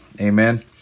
Amen